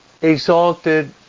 exalted